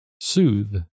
soothe